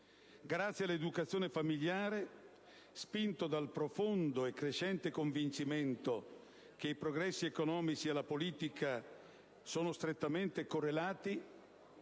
grazie all'educazione familiare, spinto dal profondo e crescente convincimento che i progressi economici e la politica sono strettamente correlati,